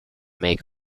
make